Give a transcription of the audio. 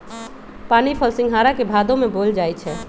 पानीफल सिंघारा के भादो में बोयल जाई छै